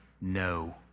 no